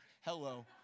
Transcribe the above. Hello